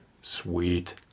Sweet